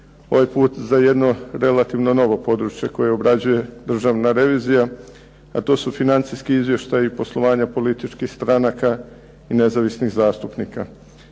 Ovaj put za jedno relativno novo područje koje obrađuje državna revizija, a to su financijski izvještaji poslovanja političkih stranaka i nezavisnih zastupnika.